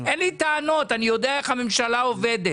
אין לי טענות, אני יודע איך הממשלה עובדת.